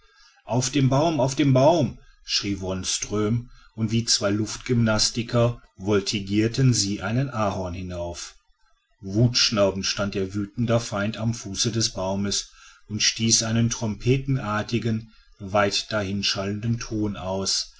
auf den baum auf den baum schrie wonström und wie zwei luftgymnastiker voltigierten sie ein ahorn hinauf wutschnaubend stand ihr wütender feind am fuße des baumes und stieß einen trompetenartigen weit dahinschallenden ton aus